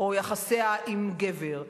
או יחסיה עם גבר,